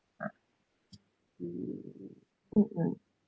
mm mm mm